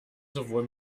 sowohl